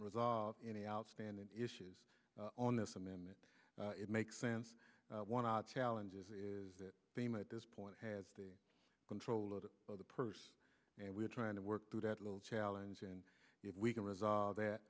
resolve any outstanding issues on this amendment it makes sense one of our challenges is that theme at this point has the control of the purse and we are trying to work through that little challenge and if we can resolve that